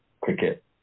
cricket